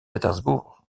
pétersbourg